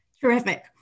Terrific